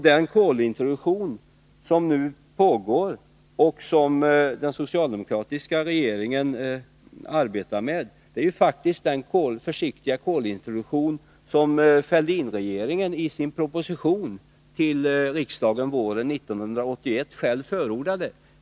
Den kolintroduktion som nu pågår och som den socialdemokratiska regeringen arbetar med är faktiskt den försiktiga kolintroduktion som regeringen Fälldin i sin proposition till riksdagen våren 1981 själv förordade.